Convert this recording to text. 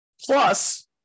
Plus